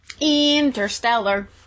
Interstellar